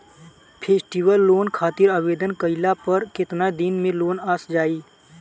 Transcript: Festival loan खातिर आवेदन कईला पर केतना दिन मे लोन आ जाई?